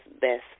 best